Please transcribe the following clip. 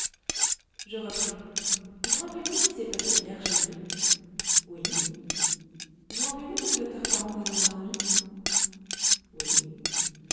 je repris vous rappelez-vous ce qui s'est passé hier soir chez vous oui vous rappelez-vous que le docteur parent vous a endormie oui